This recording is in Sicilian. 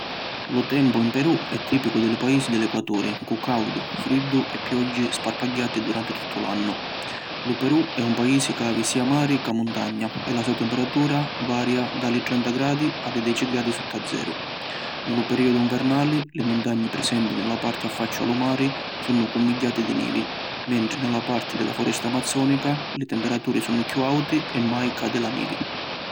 Lu tempu in Perù è tipicu di li paisi di l’equaturi cu caudu, friddu e pioggi sparpagghiati duranti tuttu l’annu. Lu Perù è un paisi ca havi sia mari ca muntagna e la so temperatura varia da li trenta gradi a li deci gradi sutta zeru. Ni lu periodu nvernali, li muntagni prisenti ni la parti affacciu a lu mari, sunnu cummigghiati di nivi, mentri ni la parti di la Furesta Amazzonica li temperaturi sunnu chiù auti e mai cadi la nivi.